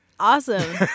Awesome